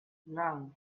lau